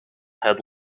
had